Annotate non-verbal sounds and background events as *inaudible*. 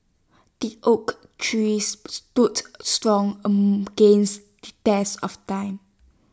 the oak tree *noise* stood strong *hesitation* against the test of time